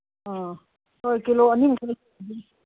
ꯑꯥ ꯍꯣꯏ ꯀꯤꯂꯣ ꯑꯅꯤꯃꯨꯛꯇ ꯑꯗꯨꯝ